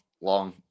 long